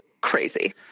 crazy